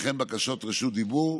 וכן בקשות רשות דיבור.